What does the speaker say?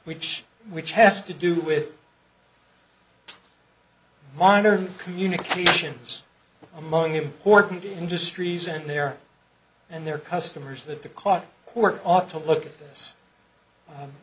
which which has to do with modern communications among important industries and their and their customers that the cotton court ought to look